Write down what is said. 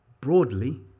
broadly